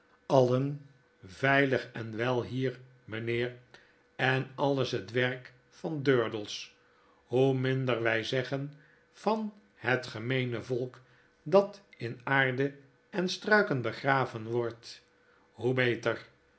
allen veilig en wel hier ptieneer en alles het werk van der hoe minder wy zeggen van het gemeene volk dat in aarde en struiken begraven wordt hoe beter